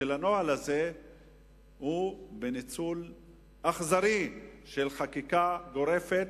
הוא בניצול אכזרי של חקיקה גורפת.